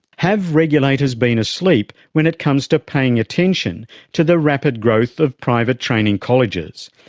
have regulators been asleep when it comes to paying attention to the rapid growth of private training colleges?